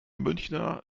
münchner